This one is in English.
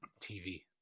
TV